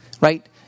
right